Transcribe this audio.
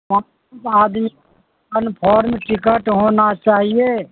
آدمی confirm ticket ہونا چاہیے